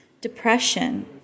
depression